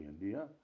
India